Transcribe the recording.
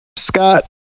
Scott